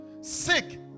Sick